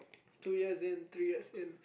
two years in three years in